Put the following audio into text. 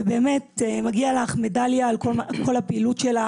באמת מגיעה לך מדליה על כל הפעילות שלך,